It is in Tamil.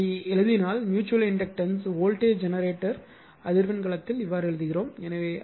எனவே இப்படி எழுதினால் ம்யூச்சுவல் இண்டக்டன்ஸ் வோல்டேஜ் ஜெனரேட்டரை அதிர்வெண் களத்தில் எழுதுகிறோம்